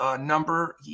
Number